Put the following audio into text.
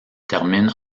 termine